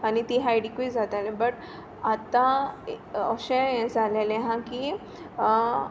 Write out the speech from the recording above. ते सायडीकूय जातालें बट आतां ओशें जालेलें आहा की